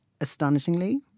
astonishingly